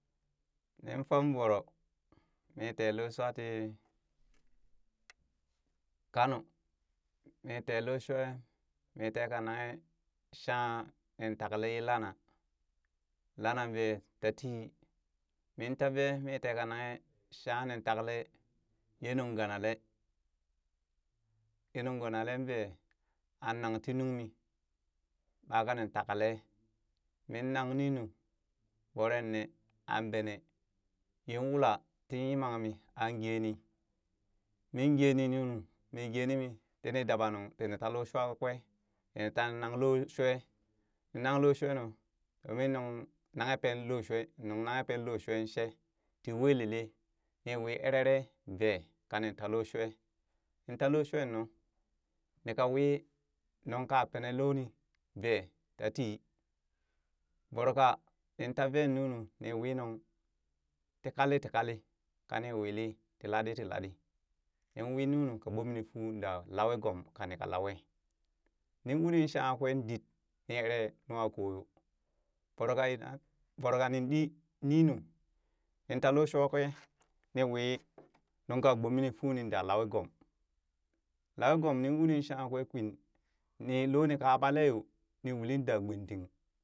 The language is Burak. Nin fum voro mii tee looshuwa tii kano, mii tee looshuwa mii tee kaa nanghe shanha nin takalee ye lana ye lanan vee tatii mi taa vee mi teka nanghe shankanin takalee yee nung ganalee yee nung ganalee vee an nang ti nuŋ min ɓakanin takaleee min nang ninu voroe ne, an benee yin wula tii yimanmi aŋ geeni min geeni nunu mii geeni mi tina dabanung tini ta looshuwa kakwee tini ta nang loo shuwa min nan looshuwa nu domin nun nanghe pen loo shuwa nung nanghe pen loo shuwen sheee tii welele ni wi erere vee kanin taa looshuwa nin taa looshhuwa nuu ni ka wii nunka pene looni vee tatii voroo kanin tavee nunu ni wi nuŋ ti kali ti kali ka ni wili ti laɗii tii laɗii nin wii nunu ka gbomeni fuu daa lawee gom kani ka lawee, nin uri shangha kwee did ni eree nuŋwa ko yoo voro idan voro ka nin ɗii ninu nintaa loo shuwa kwee ni wi nunka gbome ni fuu ni daa lawee gom, lawee gom nin uni shangha kwee kwin ni loo ni ka aɓa lee yo ni uli ɗaa gbwintin